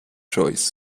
choice